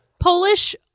Polish